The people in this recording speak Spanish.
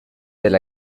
del